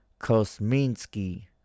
Kosminski